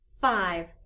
Five